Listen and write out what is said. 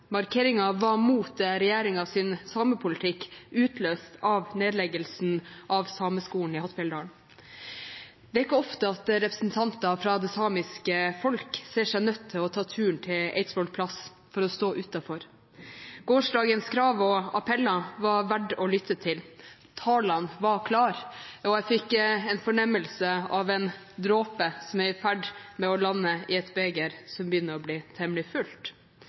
Markeringen var mot regjeringens samepolitikk, utløst av nedleggelsen av Sameskolen i Hattfjelldal. Det er ikke ofte at representanter for det samiske folk ser seg nødt til å ta turen til Eidsvolls plass for å stå utenfor Stortinget. Gårsdagens krav og appeller var verdt å lytte til. Talene var klare, og jeg fikk en fornemmelse av at en dråpe er i ferd med å lande i et beger som begynner å bli temmelig fullt.